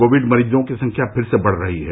Covid मरीजों की संख्या फिर से बढ़ रही है